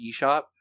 eShop